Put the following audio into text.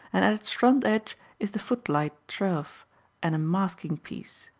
and at its front edge is the footlight trough and a masking piece,